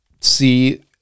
see